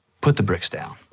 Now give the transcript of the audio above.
put the bricks down.